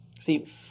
See